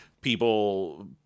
people